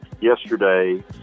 yesterday